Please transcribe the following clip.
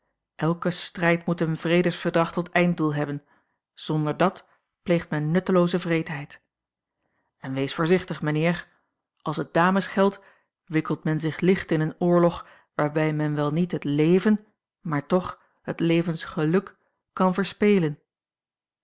elke strijd moet een vredesverdrag tot einddoel hebben zonder dat pleegt men nuttelooze wreedheid en wees voorzichtig mijnheer als het dames geldt wikkelt men zich licht in een oorlog waarbij men wel niet het leven maar toch het levensgeluk kan verspelen